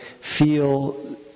feel